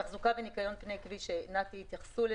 לנושא של תחזוקה וניקיון פני הכביש נת"י יתייחסו.